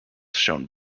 shone